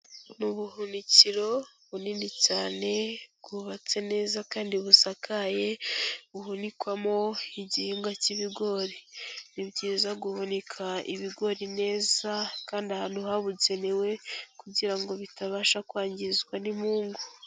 Ni ubuhunikiro bunini cyane bwubatse neza kandi busakaye buhunikwamo igihingwa cy'ibigori. Ni byiza guhunika ibigori neza kandi ahantu habugenewe kugira ngo bitabasha kwangizwa n'imungu.